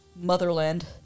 motherland